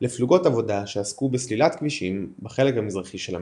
לפלוגות עבודה שעסקו בסלילת כבישים בחלק המזרחי של המדינה.